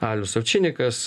alius avčinikas